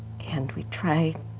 and we try